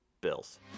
Bills